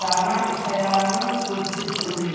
చానా ఇషయాలను సూఛిస్తుంది